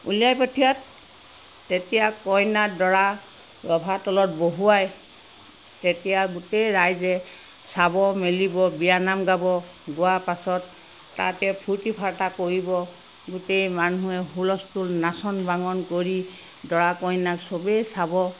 উলিয়াই পঠিওৱাত তেতিয়া কইনা দৰা ৰভাতলত বহুৱাই তেতিয়া ৰাইজে চাব মেলিব বিয়া নাম গাব গোৱা পাছত তাতে ফূৰ্তি ফাৰ্তা কৰিব গোটেই মানুহে হুলস্থূল নাচোন বাগোন কৰি দৰা কইনাক চবে চাব